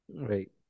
right